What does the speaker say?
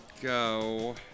go